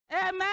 Amen